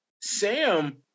Sam